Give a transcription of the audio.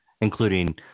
Including